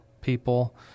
people